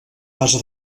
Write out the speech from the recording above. base